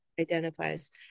identifies